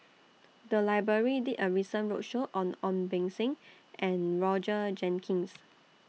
The Library did A roadshow on Ong Beng Seng and Roger Jenkins